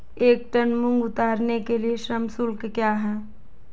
एक टन मूंग उतारने के लिए श्रम शुल्क क्या है?